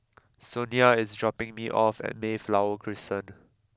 Sonia is dropping me off at Mayflower Crescent